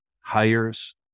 hires